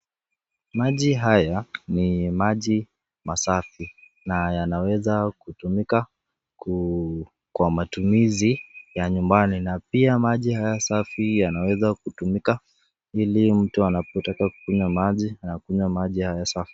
Maji haya ni maji masafi na yanaweza kutumika kwa matumizi ya nyumbani na pia maji haya safi yanaweza kutumika hili mtu anapotaka kukunywa maji anakunywa maji haya safi.